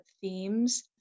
themes